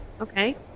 okay